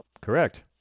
Correct